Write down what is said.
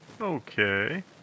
Okay